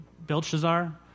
Belshazzar